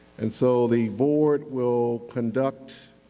and so the board will conduct